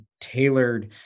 tailored